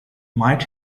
might